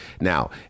Now